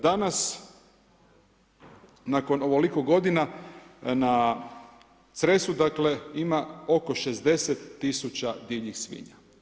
Danas, nakon ovoliko godina, na Cresu, dakle, ima oko 60 000 divljih svinja.